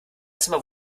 zimmer